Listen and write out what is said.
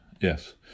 yes